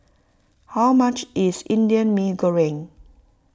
how much is Indian Mee Goreng